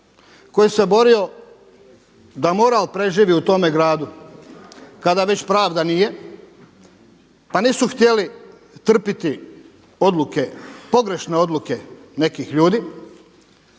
koji se borio da mora da preživi u tome gradu kada već pravda nije pa nisu htjeli trpiti odluke, pogrešne odluke nekih ljudi.